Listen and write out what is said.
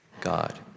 God